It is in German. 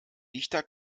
dichter